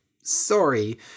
Sorry